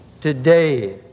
today